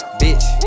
bitch